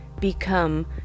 become